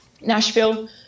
Nashville